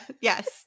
Yes